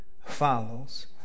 follows